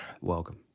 Welcome